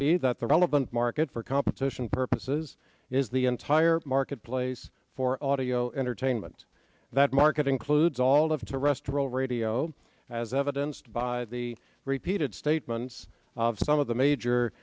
me that the relevant market for competition purposes is the entire marketplace for audio entertainment that marketing clues all have to restoral radio as evidenced by the repeated statements of some of the major